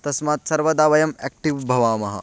तस्मात् सर्वदा वयम् एक्टिव् भवामः